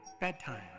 Bedtime